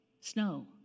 Snow